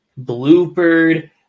bloopered